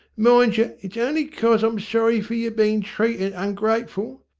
mindjer, it's on'y cos i'm sorry for ye bein' treated ungrateful.